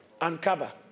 Uncover